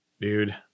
Dude